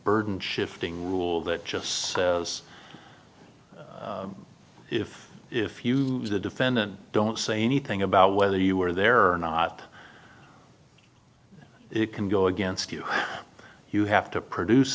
burden shifting rule that just says if if you as a defendant don't say anything about whether you were there or not it can go against you you have to produce